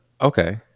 Okay